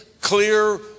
clear